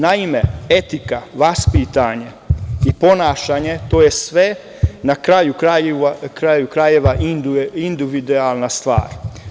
Naime, etika, vaspitanje i ponašanje je sve na kraju krajeva individualna stvar.